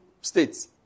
states